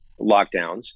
lockdowns